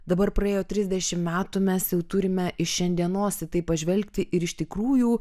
dabar praėjo trisdešimt metų mes jau turime iš šiandienos į tai pažvelgti ir iš tikrųjų